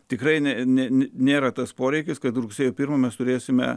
tikrai ne ne nėra tas poreikis kad rugsėjo pirmą turėsime